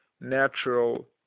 natural